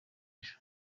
ejo